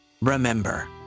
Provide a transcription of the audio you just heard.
remember